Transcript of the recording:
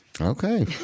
Okay